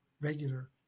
regular